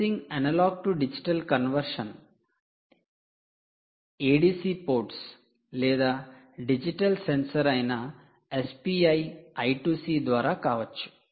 sensing 'analog to digital conversion' 'analog' to 'digital' 'conversion' 'ADC ports 'ADC ports' లేదా digital sensor అయిన SPI I2C ద్వారా కావచ్చు